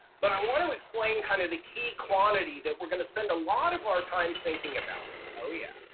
but i want to explain kind of the key quantity that we're going to spend a lot of our time thinking about. oh, yeah.